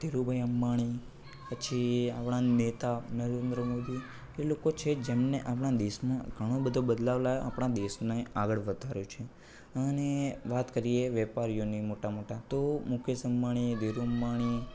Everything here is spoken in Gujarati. ધીરુભાઈ અંબાણી પછી આપણા નેતા નરેન્દ્ર મોદી કે લોકો છે જેમને આપણાં દેશમાં ઘણો બધો બદલાવ લાવ્યા આપણા દેશને આગળ વધાર્યો છે અને વાત કરીએ વેપારીઓની મોટા મોટા તો મુકેશ અંબાણી ધીરુ અંબાણી